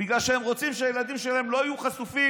בגלל שהם לא רוצים שהילדים שלהם יהיו חשופים